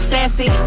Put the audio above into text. Sassy